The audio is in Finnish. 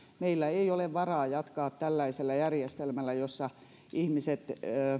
meillä ei ole varaa jatkaa tällaisella järjestelmällä jossa ihmiset